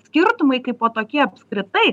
skirtumai kaipo tokie apskritai